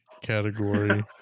category